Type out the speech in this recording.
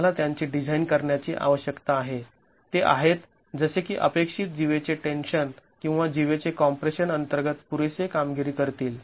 आम्हाला त्यांची डिझाईन करण्याची आवश्यकता आहे ते आहेत जसे की अपेक्षित जीवेचे टेन्शन किंवा जीवेचे कॉम्प्रेशन अंतर्गत पुरेसे कामगिरी करतील